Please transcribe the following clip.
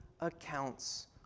accounts